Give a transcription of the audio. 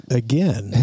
again